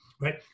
right